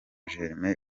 germain